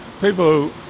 people